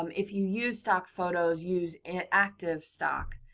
um if you use stock photos, use active stock.